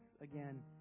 again